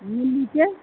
मुलीके